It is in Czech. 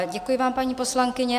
Děkuji vám, paní poslankyně.